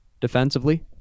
defensively